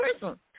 person